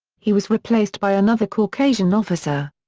he was replaced by another caucasian officer.